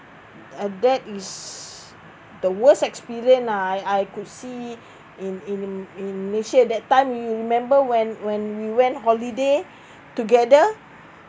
uh that is the worst experience lah I I could see in in in in malaysia that time you remember when when we went holiday together